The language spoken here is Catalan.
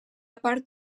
part